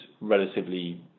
relatively